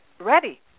ready